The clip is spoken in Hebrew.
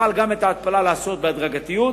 נוכל גם את ההתפלה לעשות בהדרגתיות,